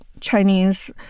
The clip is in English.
Chinese